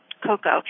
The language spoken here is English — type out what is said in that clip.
cocoa